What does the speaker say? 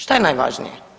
Šta je najvažnije?